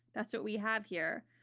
that's what we have here.